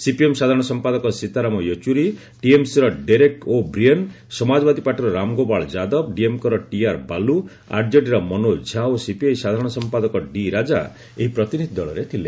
CPM ସାଧାରଣ ସମ୍ପାଦକ ସୀତାରାମ ୟେଚୁରୀ ଟିଏମ୍ସିର ଡେରେକ୍ ଓ'ବ୍ରିଏନ୍ ସମାଜବାଦୀ ପାର୍ଟିର ରାମଗୋପାଳ ଯାଦବ ଡିଏମ୍କେର ଟିଆର୍ ବାଲ୍କ ଆର୍ଜେଡିର ମନୋଜ ଝା ଓ ସିପିଆଇ ସାଧାରଣ ସମ୍ପାଦକ ଡି ରାଜା ଏହି ପ୍ରତିନିଧି ଦଳରେ ଥିଲେ